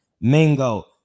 Mingo